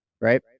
right